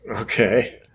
Okay